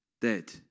dead